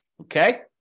Okay